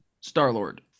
Star-Lord